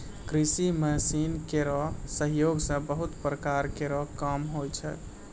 कृषि मसीन केरो सहयोग सें बहुत प्रकार केरो काम होय छै